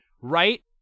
Right